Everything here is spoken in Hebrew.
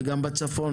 וגם בצפון